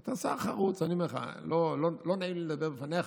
אתה שר חרוץ, אני אומר לך, לא נעים לי לדבר בפניך,